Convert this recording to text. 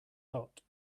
hot